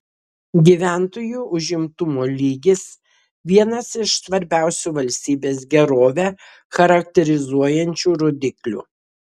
gyventojų užimtumo lygis vienas iš svarbiausių valstybės gerovę charakterizuojančių rodiklių